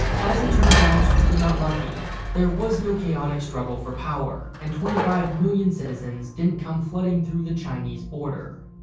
as it turned out, we got lucky there was no chaotic struggle for power and twenty five million citizens didn't come flooding through the chinese border.